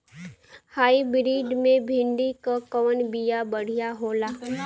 Hybrid मे भिंडी क कवन बिया बढ़ियां होला?